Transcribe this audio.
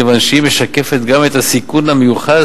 כיוון שהיא משקפת גם את הסיכון המיוחס